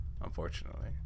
unfortunately